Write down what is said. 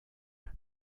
that